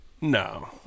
no